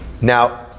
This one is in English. Now